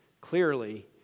Clearly